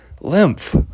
lymph